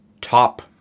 top